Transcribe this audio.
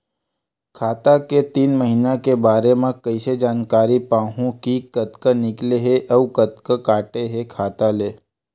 खाता के तीन महिना के बारे मा कइसे जानकारी पाहूं कि कतका निकले हे अउ कतका काटे हे खाता ले?